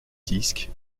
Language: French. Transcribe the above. disque